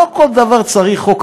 לא על כל דבר צריך חוק,